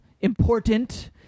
important